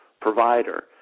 provider